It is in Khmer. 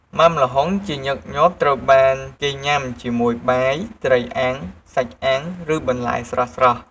ម៉ាំល្ហុងជាញឹកញាប់ត្រូវបានគេញ៉ាំជាមួយបាយ ត្រីអាំង សាច់អាំង ឬបន្លែស្រស់ៗ។